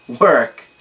work